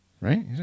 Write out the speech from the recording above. Right